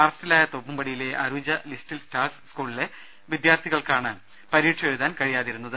അറസ്റ്റിലായ തോപ്പുംപടിയിലെ Arooja little stars സ്കൂളിലെ വിദ്യാർത്ഥികൾക്കാണ് പരീക്ഷ എഴുതാൻ കഴിയാതിരുന്നത്